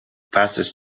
passes